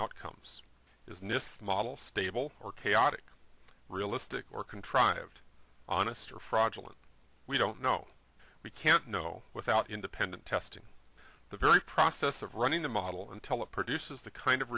outcomes is nist model stable or chaotic realistic or contrived honest or fraudulent we don't know we can't know without independent testing the very process of running the model until it produces the kind of